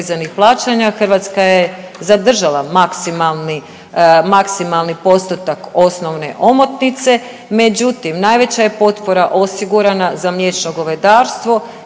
Hrvatska je zadržala maksimalni, maksimalni postotak osnovne omotnice, međutim najveća je potpora osigurana za mliječno govedarstvo